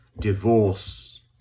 divorce